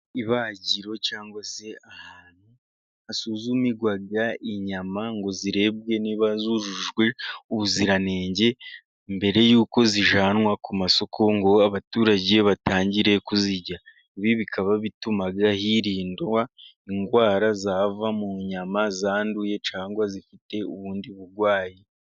Ibagiro cyangwa se ahantu hasuzumirwa inyama, ngo zirebwe niba zujujwe ubuziranenge mbere yuko zijyananwa ku masoko, ngo abaturage batangire kuzirya, ibi bikaba bituma hirindwa indwara zava mu nyama zanduye cyangwa zifite ubundi burwayi.